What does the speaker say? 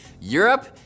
Europe